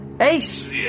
Ace